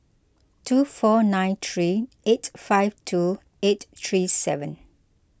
two four nine three eight five two eight three seven